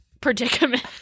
predicament